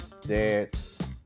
dance